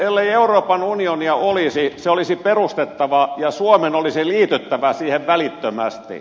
ellei euroopan unionia olisi se olisi perustettava ja suomen olisi liityttävä siihen välittömästi